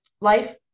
life